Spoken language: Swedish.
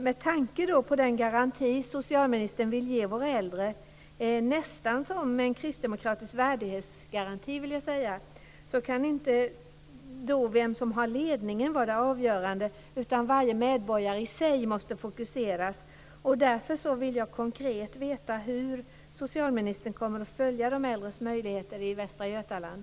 Med tanke på den garanti som socialministern vill ge våra äldre - nästan som en kristdemokratisk värdighetsgaranti, skulle jag vilja säga - kan inte detta med vem som har ledningen vara avgörande, utan varje medborgare i sig måste fokuseras. Därför vill jag konkret veta hur socialministern kommer att följa de äldres möjligheter i Västra Götaland.